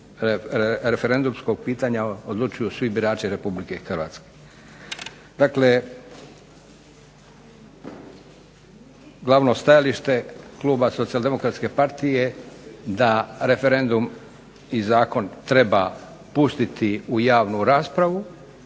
referendumskog pitanja odlučuju svi birači Republike Hrvatske. Dakle, glavno stajalište Kluba socijaldemokratske partije da referendum i zakon treba pustiti u javnu raspravu,